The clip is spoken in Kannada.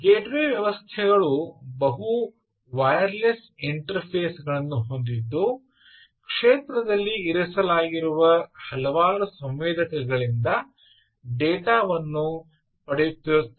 ಗೇಟ್ವೇ ವ್ಯವಸ್ಥೆಗಳು ಬಹು ವೈರ್ಲೆಸ್ ಇಂಟರ್ಫೇಸ್ಗಳನ್ನು ಹೊಂದಿದ್ದು ಕ್ಷೇತ್ರದಲ್ಲಿ ಇರಿಸಲಾಗಿರುವ ಹಲವಾರು ಸಂವೇದಕಗಳಿಂದ ಡೇಟಾವನ್ನು ಪಡೆಯುತ್ತಿರುತ್ತವೆ